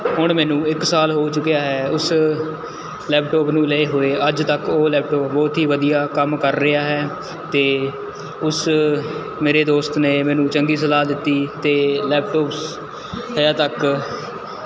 ਹੁਣ ਮੈਨੂੰ ਇੱਕ ਸਾਲ ਹੋ ਚੁੱਕਿਆ ਹੈ ਉਸ ਲੈਪਟੋਪ ਨੂੰ ਲਏ ਹੋਏ ਅੱਜ ਤੱਕ ਉਹ ਲੈਪਟੋਪ ਬਹੁਤ ਹੀ ਵਧੀਆ ਕੰਮ ਕਰ ਰਿਹਾ ਹੈ ਅਤੇ ਉਸ ਮੇਰੇ ਦੋਸਤ ਨੇ ਮੈਨੂੰ ਚੰਗੀ ਸਲਾਹ ਦਿੱਤੀ ਅਤੇ ਲੈਪਟੋਪਸ ਹਜ੍ਹੇ ਤੱਕ